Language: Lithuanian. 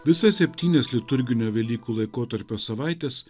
visas septynias liturginio velykų laikotarpio savaites